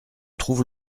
trouve